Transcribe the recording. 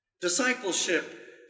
Discipleship